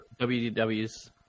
WDW's